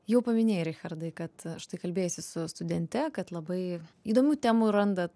jau paminėjai richardai kad štai kalbėjaisi su studente kad labai įdomių temų randat